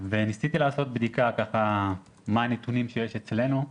וניסיתי לעשות בדיקה מה הנתונים שיש אצלנו.